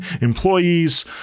employees